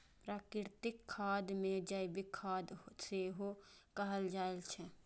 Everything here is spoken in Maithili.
प्राकृतिक खाद कें जैविक खाद सेहो कहल जाइ छै